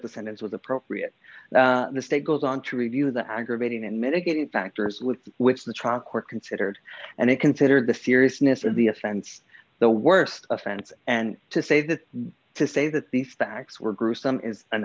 the sentence was appropriate the state goes on to review the aggravating and mitigating factors with which the trial court considered and it considered the seriousness of the offense the worst offense and to say that to say that the facts were gruesome is an